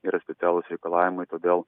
yra specialūs reikalavimai todėl